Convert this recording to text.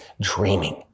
dreaming